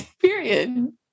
period